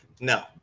no